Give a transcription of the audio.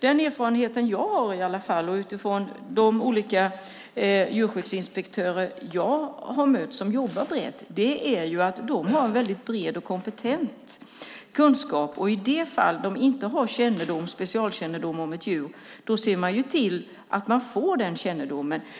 Den erfarenhet jag har utifrån de djurskyddsinspektörer jag har mött och som jobbar brett är att de har en mycket bred kompetens. I de fall de inte har specialkännedom om ett djur ser de till att få den kännedomen.